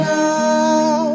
now